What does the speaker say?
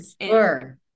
sure